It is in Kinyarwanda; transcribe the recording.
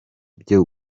byo